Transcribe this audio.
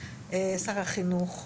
שר החינוך,